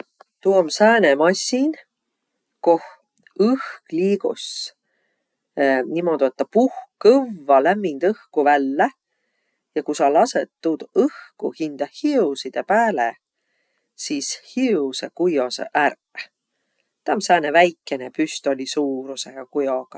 Tuu om sääne massin, koh õhk liigus niimodu, et tä puhk kõvva lämmind õhku vällä ja ku sa lasõt tuud õhku hindä hiusidõ pääle, sis hiusõq kuiosõq ärq. Tä om sääne väikene püstoli suurusõ ja kujogaq.